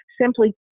simply